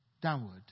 Downward